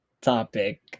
topic